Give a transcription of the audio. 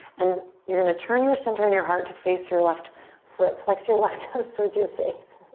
and you're gonna turn your center and your heart to face your left foot. flex your left toes towards your face.